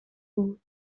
بود